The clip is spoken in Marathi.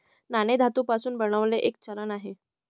नाणे धातू पासून बनलेले एक चलन आहे